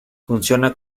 funciona